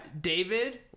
David